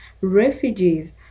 refugees